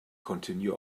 continue